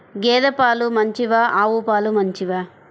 గేద పాలు మంచివా ఆవు పాలు మంచివా?